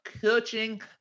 coaching